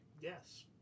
Yes